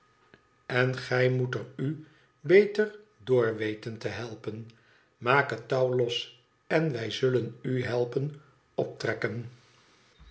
en gij moet er u beter door weten te helpen maak het touw los en wij zullen u helpen optrekken